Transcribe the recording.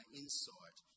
insight